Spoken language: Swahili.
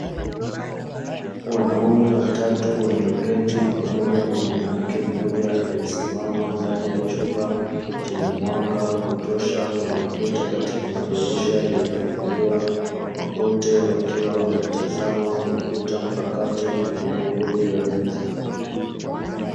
Wanaume watatu walio keti pamoja na mwanamke mmoja, aliye simama ndani ya chumba chenye mwanga wa kutosha unaopita katika madirisha yaliyo funguliwa, wote wakiwa wanatazama kompyuta mpakato iliyopo juu ya meza.